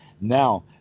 Now